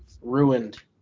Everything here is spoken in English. Ruined